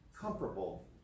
comparable